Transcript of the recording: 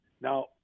Now